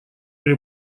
при